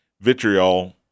vitriol